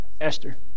Esther